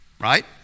Right